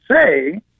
say